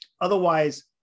Otherwise